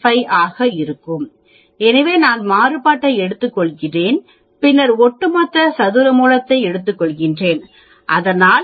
15 ஆக இருக்கும் எனவே நான் மாறுபாட்டை எடுத்துக்கொள்கிறேன் பின்னர் ஒட்டுமொத்த சதுர மூலத்தை எடுத்துக்கொள்கிறேன் அதனால் எனக்கு 1